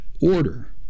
order